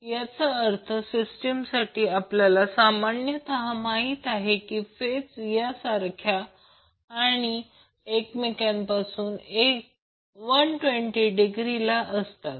याचा अर्थ बॅलेन्स सिस्टीमसाठी आपल्याला सामान्यतः माहिती आहे की फेज या सारख्या आणि एकमेकांपासून 120 डिग्री ला असतात